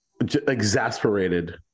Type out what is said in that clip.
exasperated